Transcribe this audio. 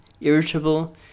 irritable